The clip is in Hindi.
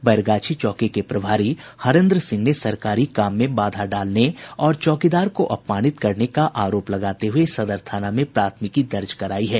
बैरगाछी चौकी के प्रभारी हरेन्द्र सिंह ने सरकारी काम में बाधा डालने और चौकीदार को अपमानित करने का आरोप लगाते हुए सदर थाना में प्राथमिकी दर्ज करायी है